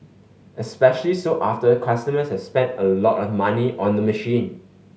especially so after customers has spent a lot of money on the machine